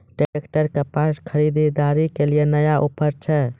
Tractor के फार खरीदारी के लिए नया ऑफर छ?